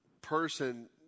person